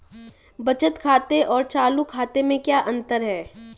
बचत खाते और चालू खाते में क्या अंतर है?